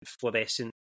fluorescent